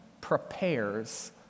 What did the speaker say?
prepares